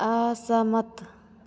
असहमत